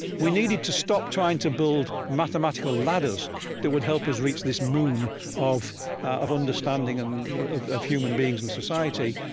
we needed to stop trying to build mathematical ladders that would help us reach this moon of of understanding and of of human beings and society,